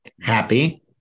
happy